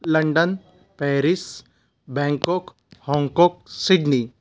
London Paris Bangkok Hong Kong Sydney